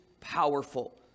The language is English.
powerful